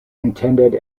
intended